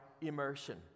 immersion